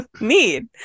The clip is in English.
need